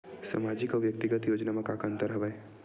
सामाजिक अउ व्यक्तिगत योजना म का का अंतर हवय?